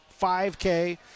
5K